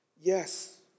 yes